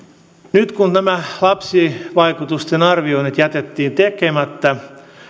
nyt kun nämä lapsivaikutusten arvioinnit jätettiin tekemättä